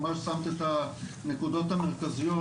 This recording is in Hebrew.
ממש שמת את הנקודות המרכזיות.